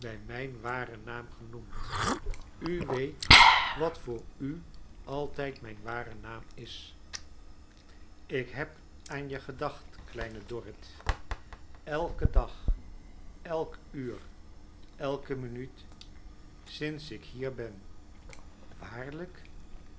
mijn wa en naam genoemd u weet wat voor u altijd mijn ware naam is ik heb aan je gedacht kleine dorrit elken dag elk uur elke mimart sinds ik hier ben waarlijk